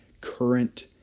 current